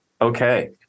okay